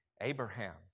Abraham